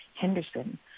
Henderson